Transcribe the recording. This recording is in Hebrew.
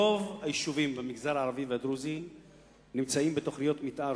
ברוב היישובים במגזר הערבי והדרוזי תוכניות המיתאר,